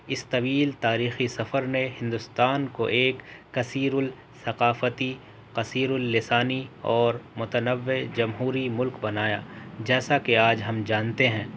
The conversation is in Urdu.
اس طویل تاریخی سفر نے ہندوستان کو ایک کثیر الثقافتی کثیراللسانی اور متنوع جمہوری ملک بنایا جیسا کہ آج ہم جانتے ہیں